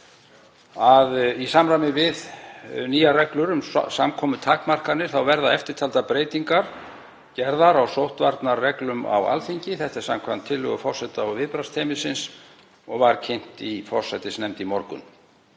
að í samræmi við nýjar reglur um samkomutakmarkanir verða eftirtaldar breytingar gerðar á sóttvarnareglum á Alþingi, þetta er samkvæmt tillögu forseta og viðbragðsteymisins og var kynnt í forsætisnefnd í morgun: